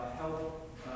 help